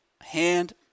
hand